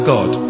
God